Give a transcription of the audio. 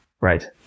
right